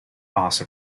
also